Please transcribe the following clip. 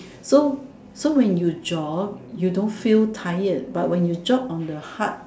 so so when you jog you don't feel tired but when you jog on the hard